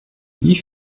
wie